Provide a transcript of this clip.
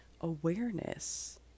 awareness